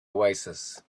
oasis